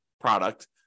product